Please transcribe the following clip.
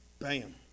Bam